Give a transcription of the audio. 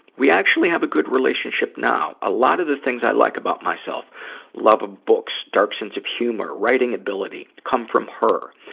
we actually have a good relationship now. a lot of the things i like about myself love of books, dark sense of humor, writing ability come from her.